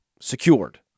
secured